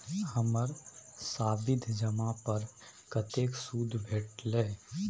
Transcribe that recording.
हमर सावधि जमा पर कतेक सूद भेटलै?